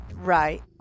Right